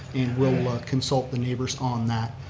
and we'll consult the neighbors on that.